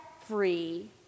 free